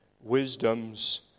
wisdom's